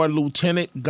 lieutenant